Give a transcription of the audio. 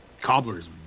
cobbler's